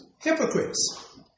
hypocrites